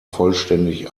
vollständig